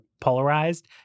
polarized